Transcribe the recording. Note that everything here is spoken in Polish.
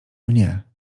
mnie